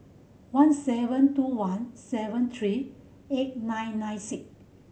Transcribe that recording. one seven two one seven three eight nine nine six